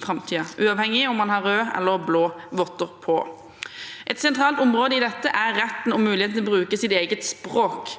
uavhengig av om man har røde eller blå votter på. Et sentralt område i dette er retten og muligheten til å bruke sitt eget språk,